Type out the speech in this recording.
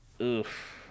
oof